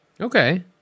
okay